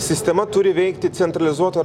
sistema turi veikti centralizuota